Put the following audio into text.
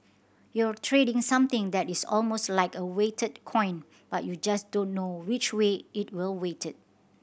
you're trading something that is almost like a weighted coin but you just don't know which way it will weighted